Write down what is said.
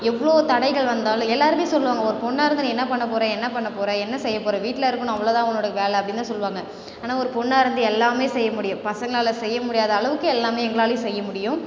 எவ்வளோ தடைகள் வந்தாலும் எல்லாருமே சொல்லுவாங்க ஒரு பெண்ணா இருந்து நீ என்ன பண்ண போகிற என்ன பண்ண போகிற என்ன செய்ய போகிற வீட்டில் இருக்கணும் அவ்வளோ தான் உன்னோடய வேலை அப்படின்னு தான் சொல்வாங்க ஆனால் ஒரு பெண்ணா இருந்து எல்லாமே செய்ய முடியும் பசங்களால் செய்ய முடியாத அளவுக்கு எல்லாமே எங்களாலேயும் செய்ய முடியும்